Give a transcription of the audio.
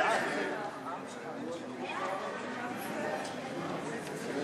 אי-אמון בממשלה לא נתקבלה.